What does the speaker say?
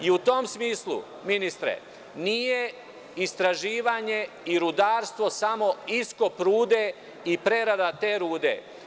I u tom smislu, ministre, nije istraživanje i rudarstvo samo iskop rude i prerada te rude.